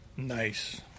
Nice